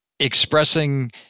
expressing